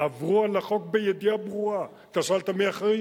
עברו על החוק בידיעה ברורה, אתה שאלת מי האחראי?